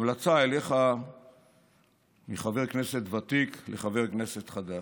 המלצה אליך מחבר כנסת ותיק לחבר כנסת חדש: